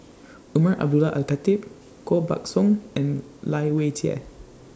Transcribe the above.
Umar Abdullah Al Khatib Koh Buck Song and Lai Weijie